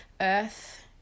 Earth